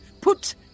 put